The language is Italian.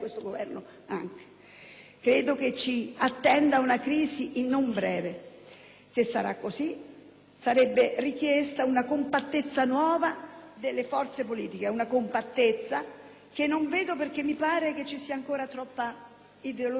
Credo che ci attenda una crisi non breve. Se sarà così, sarà richiesta una compattezza nuova delle forze politiche; una compattezza che al momento non vedo perché mi pare ci sia ancora troppa ideologia